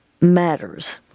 matters